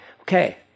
okay